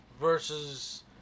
versus